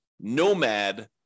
Nomad